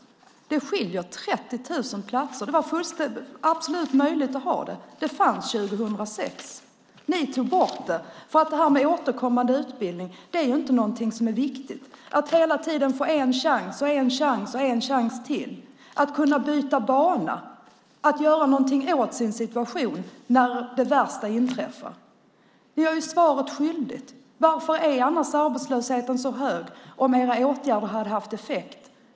Det skiljer 30 000 platser. Det var absolut möjligt att ha det. Det fanns 2006. Ni tog bort det eftersom det här med återkommande utbildning inte är viktigt. Det är inte viktigt att hela tiden få en chans till, att kunna byta bana och göra någonting åt sin situation när det värsta inträffar. Ni blir svaret skyldiga. Om era åtgärder har haft effekt, varför är då arbetslösheten så hög?